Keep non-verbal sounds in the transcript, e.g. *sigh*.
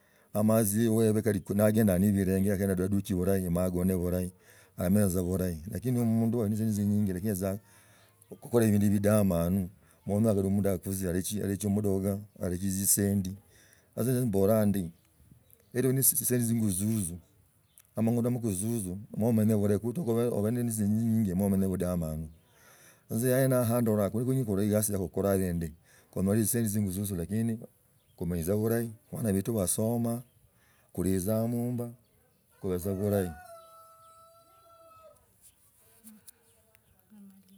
Amala azie wewe nagenda khubilange naduchi bulahi ma again bulahi na emanya tsa bulahi lakini wewe omundu ol tza na tsisendi tzinyinji lakini za okhukola ebindu bidomanu sana ma onyala omundu yakuzia alechi mdoka aleki tzisendi, sasa esa mbolaa ndi neli na tzisendi zingu zuzu amang’ondo maku zuzu ma omanye buahi kuto abi nende tzinyinji mo omanye no obudamanu enzi aene ahokha bdalaa khe kukula egasi yakukulanga esi indi kumale tsisendi singa zuzu lakini kumanye tsa bulahi bana beru bala basoma, gulitza mumba, gub *hesitation* tza bulahi.